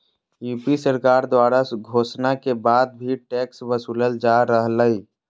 UP सरकार द्वारा घोषणा के बाद भी टैक्स वसूलल जा रहलय